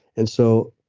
and so,